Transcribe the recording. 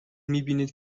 میبینید